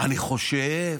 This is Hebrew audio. אני חושב,